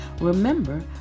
Remember